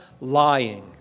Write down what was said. lying